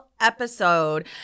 episode